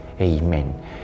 Amen